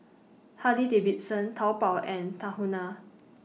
Harley Davidson Taobao and Tahuna